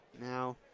now